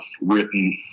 written